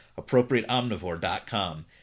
appropriateomnivore.com